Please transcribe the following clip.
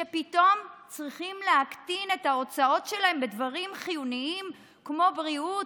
פתאום צריכים להקטין את ההוצאות שלהם בדברים חיוניים כמו בריאות,